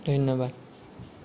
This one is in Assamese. ধন্যবাদ